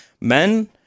men